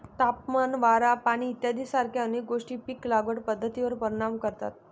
तापमान, वारा, पाणी इत्यादीसारख्या अनेक गोष्टी पीक लागवड पद्धतीवर परिणाम करतात